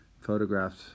photographs